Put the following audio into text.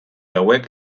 hauek